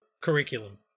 curriculum